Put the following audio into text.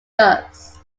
does